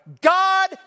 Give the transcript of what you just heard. God